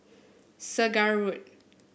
Segar Road